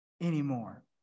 anymore